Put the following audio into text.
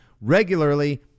regularly